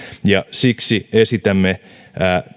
ja siksi esitämme